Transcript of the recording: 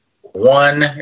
one